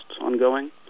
ongoing